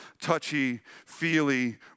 touchy-feely